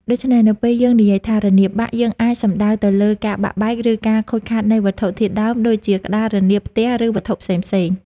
ដូច្នេះ នៅពេលយើងនិយាយថា រនាបបាក់ យើងអាចសំដៅទៅលើ ការបាក់បែក ឬការខូចខាតនៃវត្ថុធាតុដើម ដូចជា ក្តារ រនាបផ្ទះ ឬវត្ថុផ្សេងៗ។